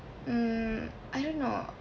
mm I don't know